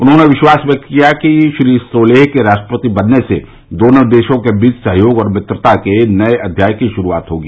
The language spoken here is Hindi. उन्होंने विश्वास व्यक्त किया कि श्री सोलेह के राष्ट्रपति बनने से दोनों देशों के बीच सहयोग और मित्रता के नए अध्याय की शुरूआत होगी